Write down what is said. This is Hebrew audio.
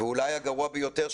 ואולי הגרוע ביותר,